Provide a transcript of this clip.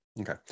okay